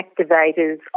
activators